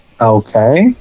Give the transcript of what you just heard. Okay